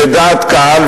שדעת קהל,